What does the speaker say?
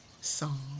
song